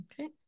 okay